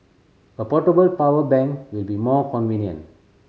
a portable power bank will be more convenient